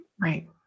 Right